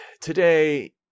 today